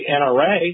NRA